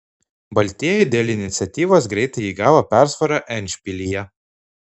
baltieji dėl iniciatyvos greitai įgavo persvarą endšpilyje